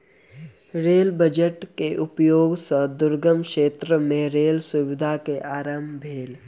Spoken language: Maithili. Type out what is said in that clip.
रेल बजट के उपयोग सॅ दुर्गम क्षेत्र मे रेल सुविधा के आरम्भ भेल